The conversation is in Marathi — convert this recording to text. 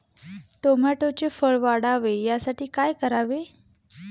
टोमॅटोचे फळ वाढावे यासाठी काय करावे?